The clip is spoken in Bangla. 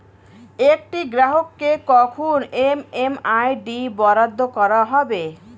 একটি গ্রাহককে কখন এম.এম.আই.ডি বরাদ্দ করা হবে?